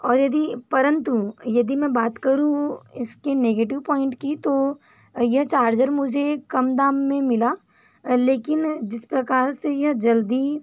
और यदि परंतु यदि मैं बात करूँ इसके नेगेटिव पॉइंट की तो यह चार्जर मुझे कम दाम में मिला लेकिन जिस प्रकार से यह जल्दी